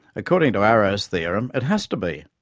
according to arrow's theorem, it has to be,